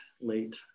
late